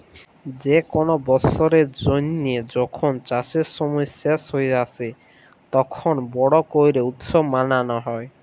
যে কল বসরের জ্যানহে যখল চাষের সময় শেষ হঁয়ে আসে, তখল বড় ক্যরে উৎসব মালাল হ্যয়